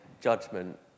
judgment